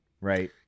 Right